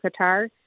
Qatar